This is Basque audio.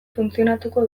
funtzionatuko